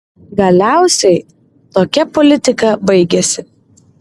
galiausiai tokia politika baigėsi